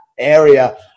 area